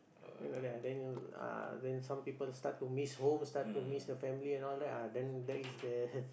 then like that ah then you uh then some people start to miss home start to miss the family and all that uh then that is the